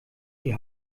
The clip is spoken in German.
die